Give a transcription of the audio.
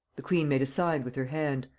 the queen made a sign with her hand.